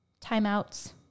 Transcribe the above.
timeouts